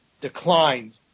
declined